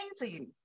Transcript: amazing